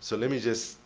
so let me just